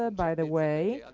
ah by the way,